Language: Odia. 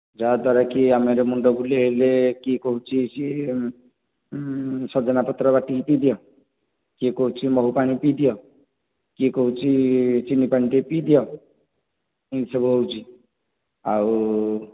ଯାହା ଦ୍ଵାରା କି ଆମର ମୁଣ୍ଡ ବୁଲାଇ ହେଲେ କିଏ କହୁଛି ସଜନା ପତ୍ର ବାଟିକି ପିଇଦିଅ କିଏ କହୁଛି ମହୁ ପାଣି ପିଇଦିଅ କିଏ କହୁଛି ଚିନି ପାଣି ଟିକେ ପିଇଦିଅ ଏହି ସବୁ ହେଉଛି ଆଉ